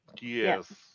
Yes